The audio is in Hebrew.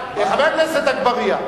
חבר הכנסת אגבאריה,